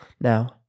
Now